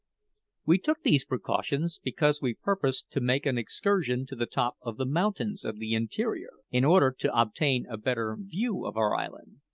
we took these precautions because we purposed to make an excursion to the top of the mountains of the interior, in order to obtain a better view of our island.